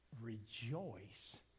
Rejoice